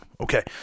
Okay